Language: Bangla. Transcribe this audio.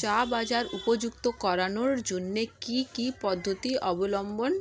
চা বাজার উপযুক্ত করানোর জন্য কি কি পদ্ধতি অবলম্বন